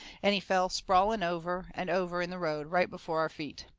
and he fell sprawling over and over in the road, right before our feet.